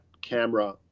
camera